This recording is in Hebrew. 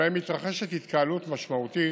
שבהם מתרחשת התקהלות משמעותית